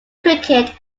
cricket